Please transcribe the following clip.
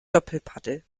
doppelpaddel